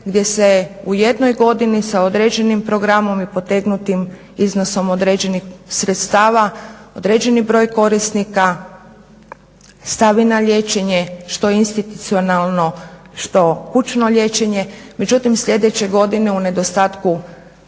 gdje se u jednoj godini sa određenim programom i potegnutim iznosom određenih sredstava određeni broj korisnika stavi na liječenje što institucionalno, što kućno liječenje, međutim sljedeće godine u nedostatku